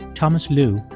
thomas lu,